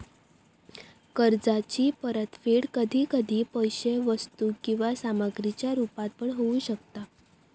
कर्जाची परतफेड कधी कधी पैशे वस्तू किंवा सामग्रीच्या रुपात पण होऊ शकता